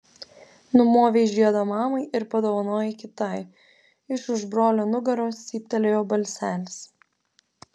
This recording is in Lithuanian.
numovei žiedą mamai ir padovanojai kitai iš už brolio nugaros cyptelėjo balselis